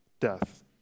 death